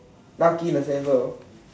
lucky in a sense lor